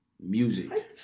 music